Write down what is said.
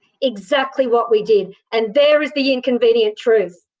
exactly what we did and there is the inconvenient truth.